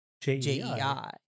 J-E-I